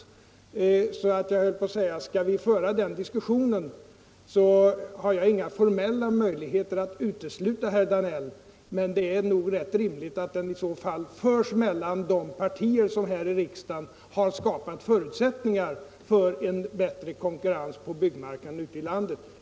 131 Jag skulle därför vilja säga att skall vi föra den diskussionen har jag inga formella möjligheter att utesluta herr Danell, men det är nog rätt rimligt att diskussionen i så fall förs mellan de partier som här i riksdagen har skapat förutsättningar för en bättre konkurrens på byggmarknaden ute i landet.